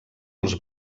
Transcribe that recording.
els